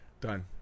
Done